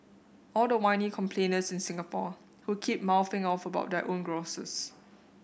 all the whiny complainers in Singapore who keep mouthing off about their own grouses